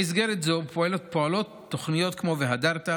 במסגרת זו פועלות תוכניות כמו "והדרת"